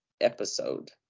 episode